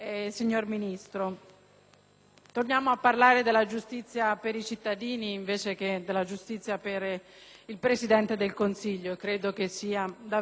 torniamo a parlare della giustizia per i cittadini invece che della giustizia per il Presidente del Consiglio. Credo che sia davvero più utile per tutti noi.